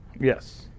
Yes